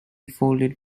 folded